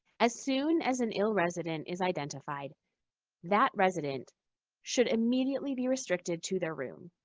as soon as an ill resident is identified that resident should immediately be restricted to their room.